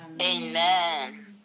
Amen